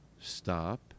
Stop